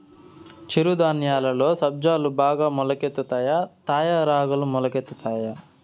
చిరు ధాన్యాలలో సజ్జలు బాగా మొలకెత్తుతాయా తాయా రాగులు మొలకెత్తుతాయా